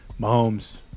Mahomes